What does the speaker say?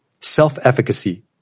Self-efficacy